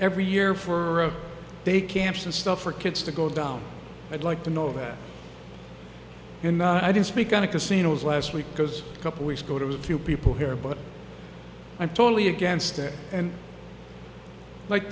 every year for a day camps and stuff for kids to go down i'd like to know that you're not i didn't speak on the casinos last week because a couple weeks go to a few people here but i'm totally against it and like